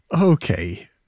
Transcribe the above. Okay